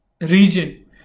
region